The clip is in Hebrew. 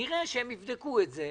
שהם יבדקו את זה.